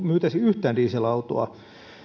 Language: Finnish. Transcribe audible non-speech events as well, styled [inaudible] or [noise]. [unintelligible] myytäisi yhtään dieselautoa